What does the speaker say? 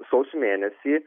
sausio mėnesį